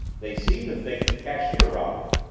they seem to think the cashier robbed it.